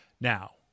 Now